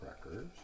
crackers